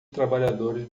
trabalhadores